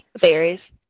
Berries